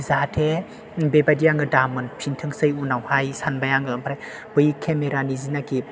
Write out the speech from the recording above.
जाहाते बेबादि आं दा मोनफिनथोंसै उनावहाय सानबाय आं ओमफ्राय बै केमेरानि जायनोखि